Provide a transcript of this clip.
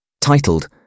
Titled